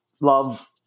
love